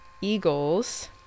eagles